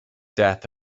death